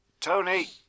Tony